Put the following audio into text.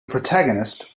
protagonist